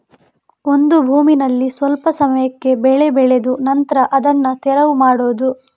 ಒಂದು ಭೂಮಿನಲ್ಲಿ ಸ್ವಲ್ಪ ಸಮಯಕ್ಕೆ ಬೆಳೆ ಬೆಳೆದು ನಂತ್ರ ಅದನ್ನ ತೆರವು ಮಾಡುದು